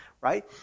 right